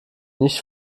nicht